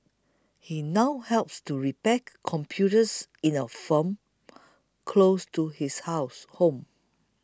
he now helps to repair computers in a firm close to his house